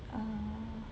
uh